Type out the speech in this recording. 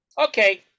Okay